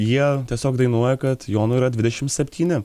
jie tiesiog dainuoja kad jonui yra dvidešim septyni